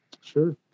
Sure